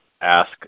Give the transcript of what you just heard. ask